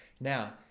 Now